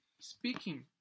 speaking